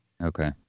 okay